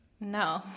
No